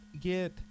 get